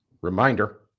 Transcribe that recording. reminder